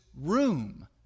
room